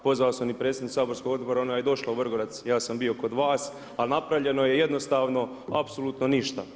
Pozvao sam i predsjednicu Saborskog odbora, ona je došla u Vrgorac, ja sam bio kod vas, a napravljeno je jednostavno apsolutno ništa.